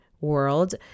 world